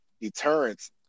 deterrence